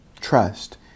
trust